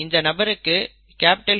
இந்த நபருக்கு Hh